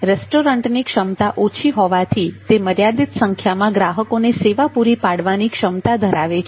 રેસ્ટોરન્ટની ક્ષમતા ઓછી હોવાથી તે મર્યાદિત સંખ્યામાં ગ્રાહકોને સેવા પૂરી પાડવાની ક્ષમતા ધરાવે છે